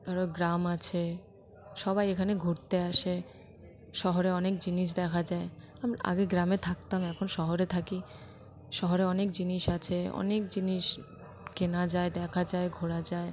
ধরো গ্রাম আছে সবাই এখানে ঘুরতে আসে শহরে অনেক জিনিস দেখা যায় আমি আগে গ্রামে থাকতাম এখন শহরে থাকি শহরে অনেক জিনিস আছে অনেক জিনিস কেনা যায় দেখা যায় ঘোরা যায়